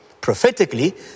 Prophetically